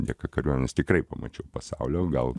dėka kariuomenės tikrai pamačiau pasaulio gal